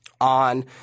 on